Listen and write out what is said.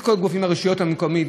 את כל הרשויות המקומיות,